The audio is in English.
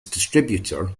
distributor